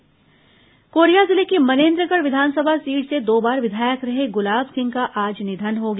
गुलाब सिंह निधन कोरिया जिले की मनेन्द्रगढ़ विधानसभा सीट से दो बार विधायक रहे गुलाब सिंह का आज निधन हो गया